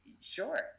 sure